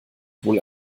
wohl